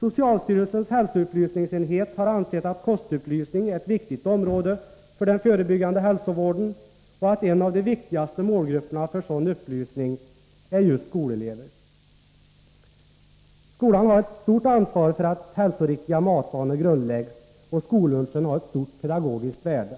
Socialstyrelsens hälsoupplysningsenhet har ansett att kostupplysning är ett angeläget område för den förebyggande hälsovården och att en av de viktigaste målgrupperna för sådan upplysning är skoleleverna. Skolan har ett stort ansvar för att ur hälsosynpunkt goda matvanor grundläggs, och skollunchen har här ett stort pedagogiskt värde.